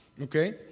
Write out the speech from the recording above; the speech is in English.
okay